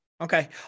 Okay